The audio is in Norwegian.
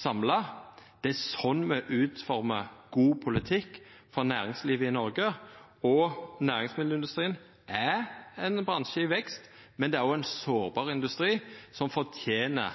samla. Det er slik me utviklar god politikk for næringslivet i Noreg. Næringsmiddelindustrien er ein bransje i vekst, men det er også ein sårbar industri som fortener